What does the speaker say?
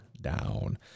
down